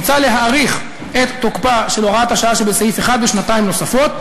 מוצע להאריך את תוקפה של הוראת השעה שבסעיף 1 בשנתיים נוספות.